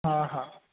हा हा